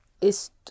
Ist